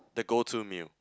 the go to meal